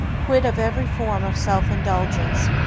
quit of every form of self-indulgence,